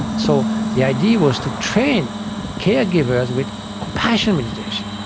so the idea was to train caregivers with compassion meditation.